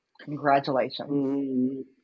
Congratulations